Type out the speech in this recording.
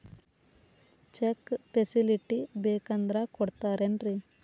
Check facility ಬೇಕಂದ್ರ ಕೊಡ್ತಾರೇನ್ರಿ?